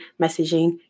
messaging